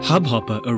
Hubhopper